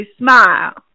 smile